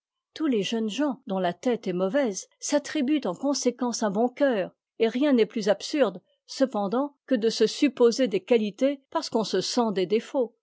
tous les jeunes gens dont la tête est mauvaise s'attribuent en conséquence un bon cœur et rien n'est plus absurde cependant que de se supposer des qualités parce qu'on se sent des défauts